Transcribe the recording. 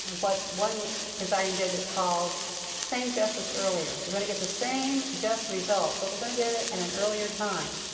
what one presiding judge has called same justice earlier. we're going to get the same just result but we're going to get it at and an earlier time.